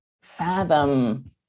fathom